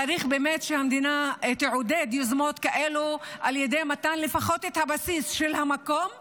צריך באמת שהמדינה תעודד יוזמות כאלו על ידי מתן הבסיס של המקום לפחות.